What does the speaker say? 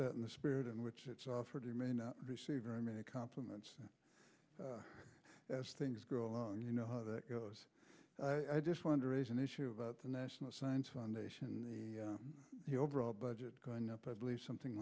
that in the spirit in which it's offered you may not receive very many compliments as things go along you know how that goes i just wonder raise an issue about the national science foundation the overall budget going up i believe something